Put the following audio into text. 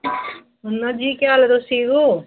वदनां जी के हाल ऐ तुस ठीक ओ